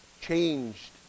Changed